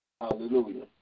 hallelujah